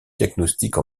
diagnostics